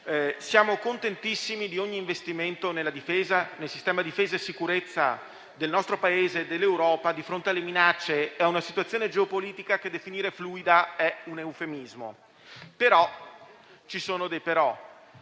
Siamo contentissimi di ogni investimento nel sistema difesa e sicurezza del nostro Paese e dell'Europa di fronte alle minacce e ad una situazione geopolitica che definire fluida è un eufemismo. Ma ci sono dei "però".